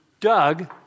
Doug